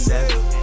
Seven